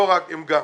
לא רק אלא גם.